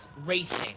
racing